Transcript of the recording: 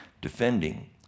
defending